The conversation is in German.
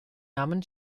namen